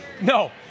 No